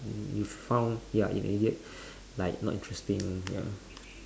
y~ you found ya and yet like not interesting ya